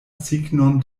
signon